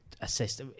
assist